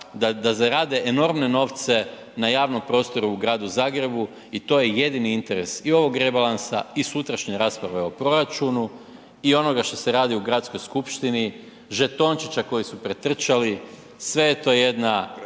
da zarade enormne novce na javnom prostoru u gradu Zagrebu i to je jedini interes i ovog rebalansa i sutrašnje rasprave o proračunu i onoga što se radi u gradskoj skupštini, žetončića koji su pretrčali, sve je to jedna